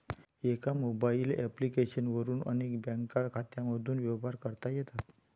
एका mobile application वरून अनेक बँक खात्यांमधून व्यवहार करता येतात